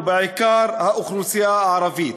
ובעיקר האוכלוסייה הערבית.